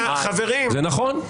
זה לא נכון.